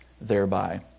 thereby